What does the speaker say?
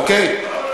אוקיי?